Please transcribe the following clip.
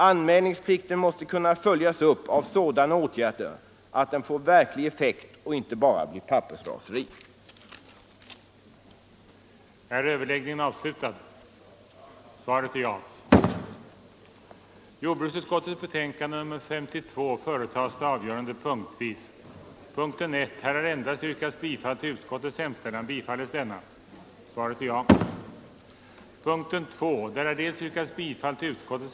Anmälningsplikten måste kunna följas upp av sådana åtgärder att den får verklig effekt och inte bara blir pappersraseri. ”I propositionen läggs fram förslag om att de nyligen av riksdagen beslutade lättnaderna vid förmögenhetsoch arvsbeskattningen av familjeföretag skall, med vissa inskränkningar, tillämpas även vid gåva. De föreslagna bestämmelserna avses skola träda i kraft den 1 januari 1975 och tillämpas på gåvor efter den 24 juni 1974. Vidare föreslås vissa ändringar beträffande värderingen av vattenfallsfastigheter såvitt gäller s.k. andelskraft. De föreslagna reglerna avses skola tillämpas vid 1975 års allmänna fastighetstaxering.”